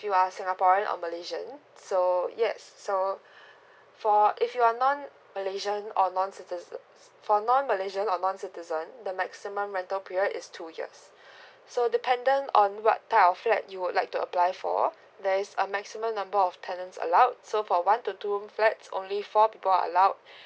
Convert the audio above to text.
you are singaporean or malaysian so yes so for uh if you are non malaysian or non citizen~ for non malaysia or non citizen the maximum rental period is two years so dependent on what type of flat that you would like to apply for there is a maximum number of tenants allowed so for one to two room flat only four people are allowed